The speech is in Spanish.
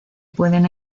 pueden